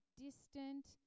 distant